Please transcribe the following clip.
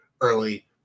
early